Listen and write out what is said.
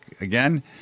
again